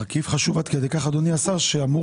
מרכיב חשוב עד כדי כך אדוני השר שאמור